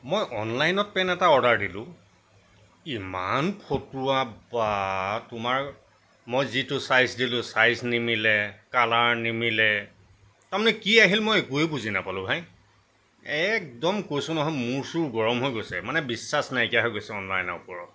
মই অনলাইনত পেন এটা অৰ্ডাৰ দিলোঁ ইমান ফটুৱা বা তোমাৰ মই যিটো ছাইজ দিলোঁ ছাইজ নিমিলে কালাৰ নিমিলে তাৰ মানে কি আহিল মই একোৱে বুজি নাপালোঁ ভাই একদম কৈছোঁ নহয় মূৰ চূৰ গৰম হৈ গৈছে মানে বিশ্ৱাস নোহোৱা হৈ গৈছে অনলাইনৰ ওপৰত